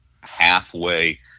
halfway